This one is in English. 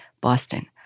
Boston